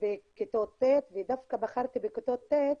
בכיתות ט', ודווקא בחרתי בכיתות ט',